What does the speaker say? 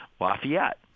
Lafayette